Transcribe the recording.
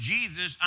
Jesus